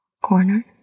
corner